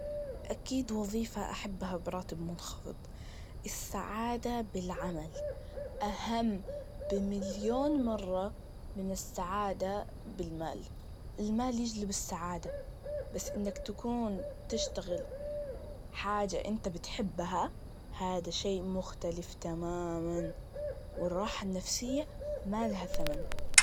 أكيد وظيفة أحبها براتب منخفض, السعادة بالعمل أهم بمليون مرة من السعادة بالمال, المال يجلب السعادة, بس انك تكون تشتغل حاجة إنت بتحبها, هادا شي مختلف تماماً, والراحة النفسية مالها ثمن